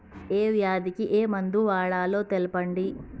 ఏ వ్యాధి కి ఏ మందు వాడాలో తెల్పండి?